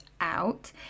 out